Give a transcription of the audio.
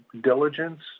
diligence